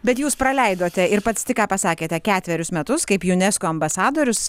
bet jūs praleidote ir pats tik ką pasakėte ketverius metus kaip unesco ambasadorius